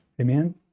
Amen